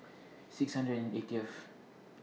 six hundred and eightieth